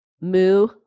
Moo